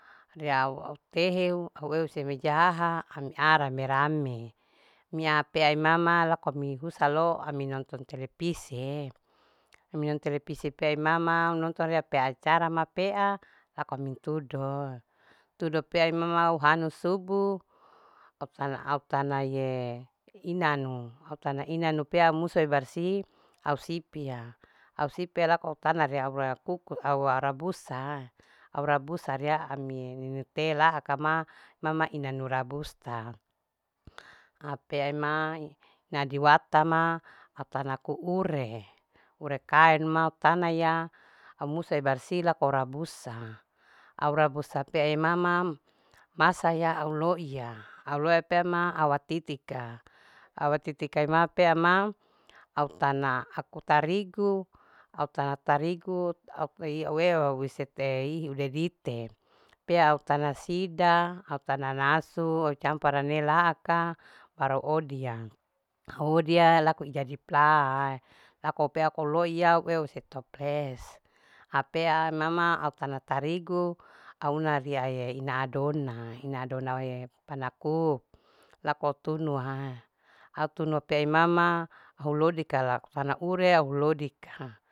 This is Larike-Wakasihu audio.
Ria au au teheu au ew hise mejahaha amia rame. rame amia pea imama laku ami husalo nonton telipisie ami nonton telepisi pea imma au nonton pea acara ma pea laku amin tudo. tudo pea imama au hanu subu au tana. au tana ye inanu. iau tana inanu pea au musua barsih au sipia. au sipia laku au tana ria au rabusaa. au rabusa ria ami ninu te laaka imama inanu rabusta apea ima ina adiwata ma au tana aku ure. ura kaenu au tana ya au musua barsih laku au rabusa. au rabusa pea imama masaya au loiya. au loiya pea ima au atitika. au atitika pea kaima pea ima au tana aku tarigu. au tana aku tarigu au eua hise udedite pea lakun au tana sida au tana nasu campura mehe laaka baru au odia, au odia laku jadi plaa laku pea lou iya setoples au pea imama au tana tarigu au una ria ina adona. ina adona panakup lako tunua au tunua pea imama au lodika karna ure au lodika